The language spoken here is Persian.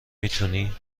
میتونی